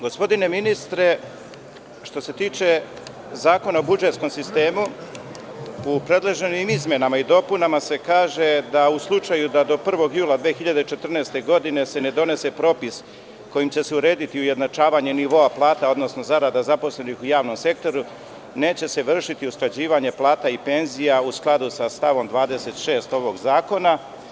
Gospodine ministre, što se tiče Zakona o budžetskom sistemu, u predloženim izmenama i dopunama se kaže da u slučaju da se do 1. jula 2014. godine ne donese propis kojim će se urediti ujednačavanje nivoa plata, odnosno zarada zaposlenih u javnom sektoru, neće se vršiti usklađivanje plata i penzija u skladu sa stavom 26. ovog Zakona.